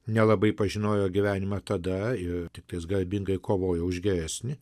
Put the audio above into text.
nelabai pažinojo gyvenimą tada i tiktais garbingai kovojo už geresnį